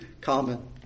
common